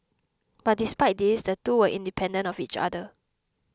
but despite this the two were independent of each other